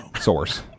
source